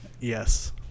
yes